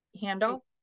handle